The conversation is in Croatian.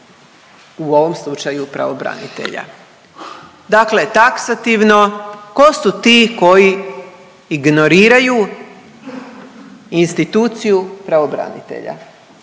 u ovom slučaju, pravobranitelja. Dakle taksativno tko su ti koji ignoriraju instituciju pravobranitelja.